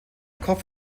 kopf